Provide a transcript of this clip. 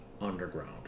underground